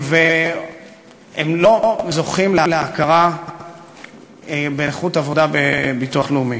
לא זוכים להכרה כנכי עבודה בביטוח הלאומי.